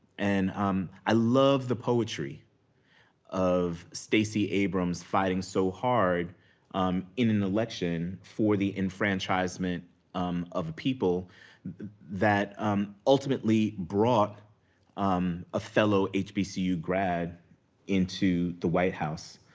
and um i love the poetry of stacey abrams fighting so hard in an election for the enfranchisement um of the people that ultimately brought um a fellow hbcu grad into the white house.